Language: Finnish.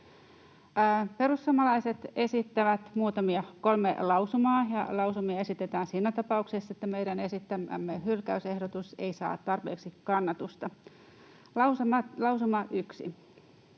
Perussuomalaiset esittävät kolme lausumaa. Lausumia esitetään siinä tapauksessa, että meidän esittämämme hylkäysehdotus ei saa tarpeeksi kannatusta. Lausuma 1: